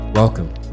Welcome